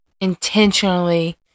intentionally